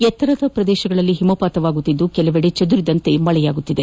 ಎತ್ತರದ ಪ್ರದೇಶಗಳಲ್ಲಿ ಹಿಮಪಾತವಾಗುತ್ತಿದ್ದು ಕೆಲೆವೆಡೆ ಚದುರಿದಂತೆ ಮಳೆಯಾಗುತ್ತಿದೆ